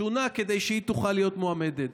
שונה כדי שהיא תוכל להיות מועמדת.